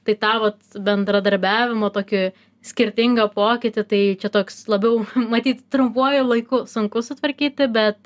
tai tą va bendradarbiavimo tokį skirtingą pokytį tai čia toks labiau matyt trumpuoju laiku sunku sutvarkyti bet